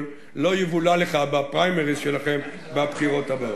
לא יבולע לך בפריימריס שלכם בבחירות הבאות.